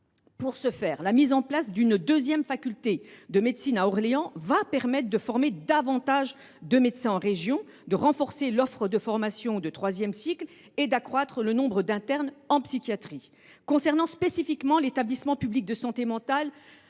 Pour ce faire, la mise en place d’une deuxième faculté de médecine à Orléans permettra de former davantage de médecins dans votre région, de renforcer l’offre de formation de troisième cycle et d’accroître le nombre d’internes en psychiatrie. Concernant spécifiquement l’établissement public de santé mentale